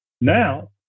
now